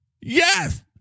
Yes